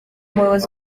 umuyobozi